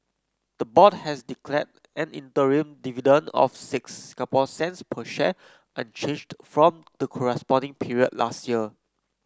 the board has declared an interim dividend of six Singapore cents per share unchanged from the corresponding period last year